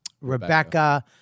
Rebecca